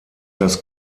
das